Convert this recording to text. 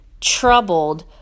troubled